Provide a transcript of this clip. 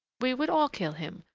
we would all kill him,